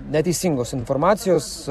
neteisingos informacijos